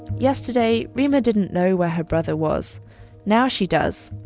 yesterday, reema didn't know where her brother was now she does.